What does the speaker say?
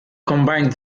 combined